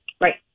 Right